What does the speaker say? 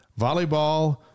volleyball